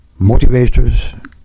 Motivators